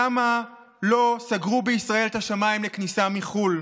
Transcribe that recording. למה לא סגרו בישראל את השמיים לכניסה מחו"ל?